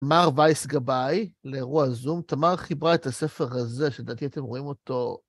מר וייס גבאי, לאירוע זום. תמר חיברה את הספר הזה, שלדעתי אתם רואים אותו...